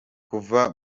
kuva